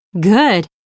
Good